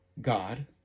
God